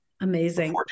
Amazing